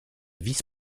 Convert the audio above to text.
vice